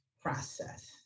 process